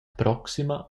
proxima